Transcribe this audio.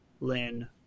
Lynn